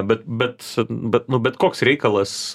bet bet bet nu bet koks reikalas